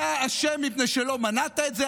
אתה אשם מפני שלא מנעת את זה.